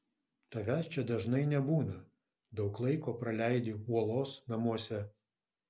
tavęs čia dažnai nebūna daug laiko praleidi uolos namuose